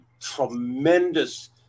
tremendous